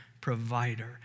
provider